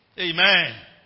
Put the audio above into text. Amen